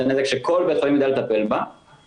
זה נזק שכל בית חולים יודע לטפל בה ולא